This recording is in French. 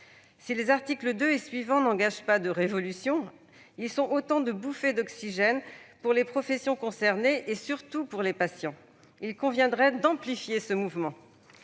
Si les articles 2 et suivants n'engagent pas de révolution, ils sont autant de bouffées d'oxygène pour les professions concernées et surtout pour les patients. Il conviendrait d'amplifier ce mouvement.